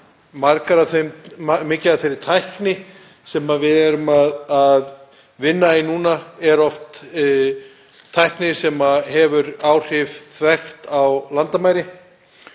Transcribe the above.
mikið af þeirri tækni sem við erum að vinna í núna er tækni sem hefur áhrif þvert á landamæri.